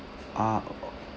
ah oh